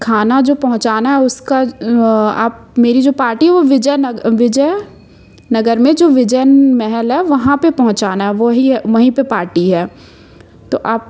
खाना जो पहुंचाना है उसका आप मेरी जो पार्टी है वो विजय विजय नगर में जो विजन महल है वहाँ पर पहुंचाना है वही है वहीं पर पार्टी है तो आप